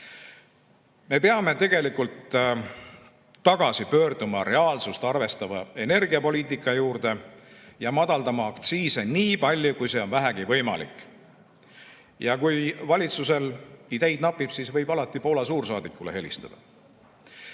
Me peame tegelikult tagasi pöörduma reaalsust arvestava energiapoliitika juurde ja madaldama aktsiise nii palju, kui see on vähegi võimalik. Ja kui valitsusel ideid napib, siis võib alati Poola suursaadikule